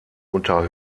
unter